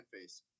face